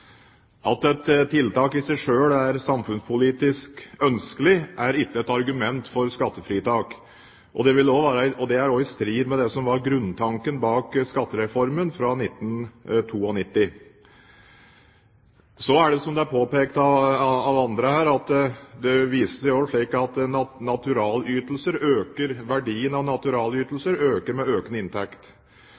i et godt skattesystem at skattepliktig inntekt mest mulig samsvarer med den faktiske inntekten. At et tiltak i seg selv er samfunnspolitisk ønskelig, er ikke et argument for skattefritak – og det er også i strid med det som var grunntanken bak skattereformen 1992. Som det er påpekt av andre her, viser det seg også at verdien av naturalytelser øker med økende inntekt.